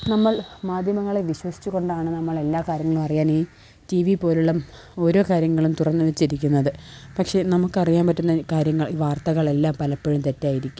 നമ്മള് മാധ്യമങ്ങളെ വിശ്വസിച്ചു കൊണ്ടാണ് നമ്മള് എല്ലാ കാര്യങ്ങളും അറിയാന് ഈ ടി വി പോലുള്ള ഓരോ കാര്യങ്ങളും തുറന്ന് വെച്ചിരിക്കുന്നത് പക്ഷേ നമുക്കറിയാന് പറ്റുന്ന ഈ കാര്യങ്ങള് ഈ വാര്ത്തകളെല്ലാം പലപ്പോഴും തെറ്റായിരിക്കും